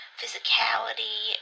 physicality